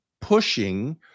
pushing